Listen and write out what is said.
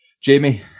Jamie